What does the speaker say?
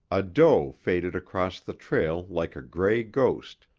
a doe faded across the trail like a gray ghost,